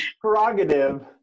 prerogative